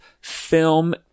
film